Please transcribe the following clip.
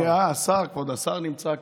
אה, הינה השר, כבוד השר נמצא כאן.